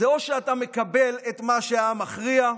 זה או שאתה מקבל את מה שהעם מכריע,